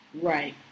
right